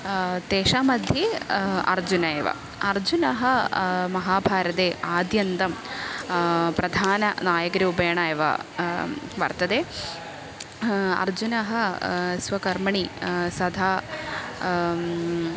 तेषां मध्ये अर्जुनः एव अर्जुनः महाभारते आद्यन्तं प्रधाननायकरूपेण एव वर्तते अर्जुनः स्वकर्मणि सदा